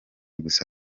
gusa